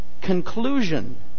conclusion